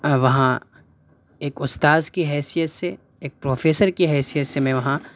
وہاں ایک استاذ کی حیثیت سے ایک پروفیسر کی حیثیت سے میں وہاں